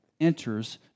enters